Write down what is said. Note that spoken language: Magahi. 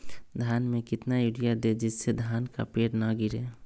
धान में कितना यूरिया दे जिससे धान का पेड़ ना गिरे?